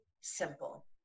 simple